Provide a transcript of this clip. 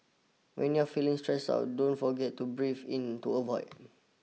when you are feeling stressed out don't forget to breathe into a void